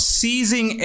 seizing